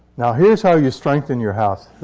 now, here's how you strengthen your house.